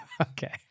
Okay